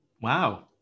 Wow